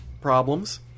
problems